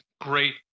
great